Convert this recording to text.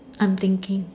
I am thinking